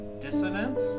dissonance